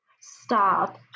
stop